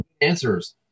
answers